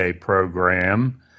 program